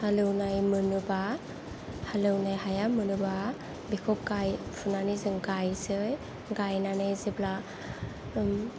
हालेवनाय मोनोबा हालेवनाय हाया मोनोबा बेखौ गाय फुनानै जों गायनोसै गायनानै जेब्ला